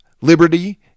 liberty